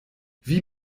wie